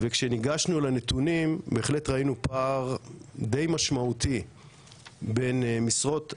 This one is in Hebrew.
וכשניגשנו לנתונים בהחלט ראינו פער די משמעותי בין משרות אחרות,